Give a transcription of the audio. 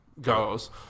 goes